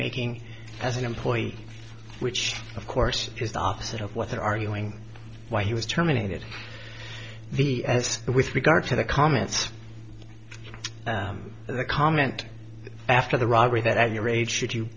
making as an employee which of course is the opposite of what they're arguing why he was terminated the as with regard to the comments of a comment after the robbery that at your age should you